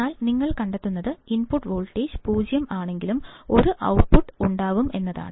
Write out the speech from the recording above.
എന്നാൽ നിങ്ങൾ കണ്ടെത്തുന്നത് ഇൻപുട്ട് വോൾട്ടേജ് 0 ആണെങ്കിലും ഒരു ഔട്ട്പുട്ട് ഉണ്ടാകും എന്നതാണ്